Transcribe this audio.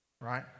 Right